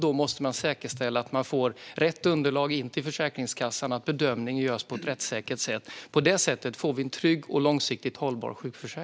Det måste säkerställas att Försäkringskassan får rätt underlag och att bedömningen görs på ett rättssäkert sätt. På det sättet får vi en trygg och långsiktigt hållbar sjukförsäkring.